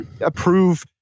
approve